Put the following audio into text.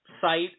site